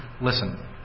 listen